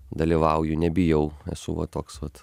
dalyvauju nebijau esu va toks vat